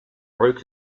broke